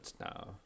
now